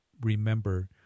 remember